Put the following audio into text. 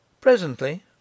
Presently